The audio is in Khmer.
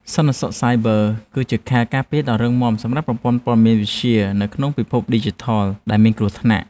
សន្តិសុខសាយប័រ គឺជាខែលការពារដ៏រឹងមាំសម្រាប់ប្រព័ន្ធព័ត៌មានវិទ្យានៅក្នុងពិភពឌីជីថលដែលមានគ្រោះថ្នាក់។